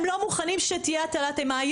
הם לא מוכנים שתהיה הטלת אימה,